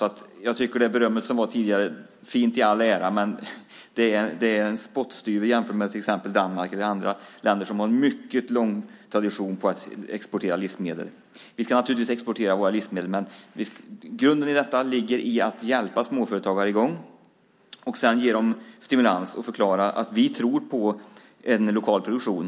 Det beröm som gavs tidigare i all ära, det var fint, men vår export är en spottstyver jämfört med till exempel Danmarks eller andra länders där man har en mycket lång tradition av att exportera livsmedel. Vi ska naturligtvis exportera våra livsmedel, men grunden i detta ligger i att hjälpa småföretagare i gång och sedan ge dem stimulans och förklara att vi tror på en lokal produktion.